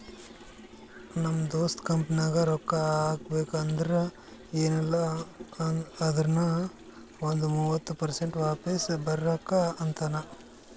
ನಮ್ ದೋಸ್ತ ಕಂಪನಿನಾಗ್ ರೊಕ್ಕಾ ಹಾಕಬೇಕ್ ಅಂದುರ್ ಎನ್ ಇಲ್ಲ ಅಂದೂರ್ನು ಒಂದ್ ಮೂವತ್ತ ಪರ್ಸೆಂಟ್ರೆ ವಾಪಿಸ್ ಬರ್ಬೇಕ ಅಂತಾನ್